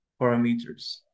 parameters